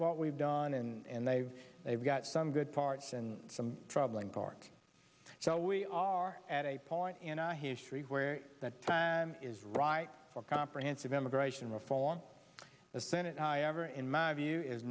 what we've done and they've they've got some good parts and some troubling park so we are at a point in our history where that time is right for comprehensive immigration reform the senate however in my view is